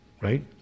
right